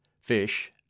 fish